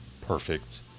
perfect